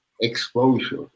exposure